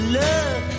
love